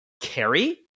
Carrie